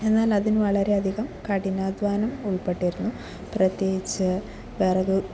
എന്നാലതിന് വളരെയധികം കഠിനാധ്വാനം ഉൾപ്പെട്ടിരുന്നു പ്രത്യേകിച്ച് വിറക്